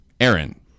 Aaron